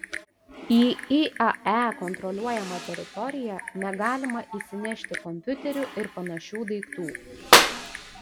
į iae kontroliuojamą teritoriją negalima įsinešti kompiuterių ir panašių daiktų